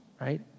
Right